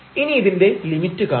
ഇനി ഇതിന്റെ ലിമിറ്റ് കാണാം